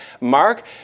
Mark